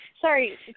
sorry